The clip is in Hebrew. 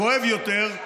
כואב יותר,